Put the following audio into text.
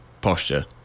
posture